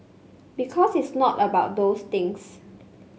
because it's not about those things